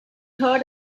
heard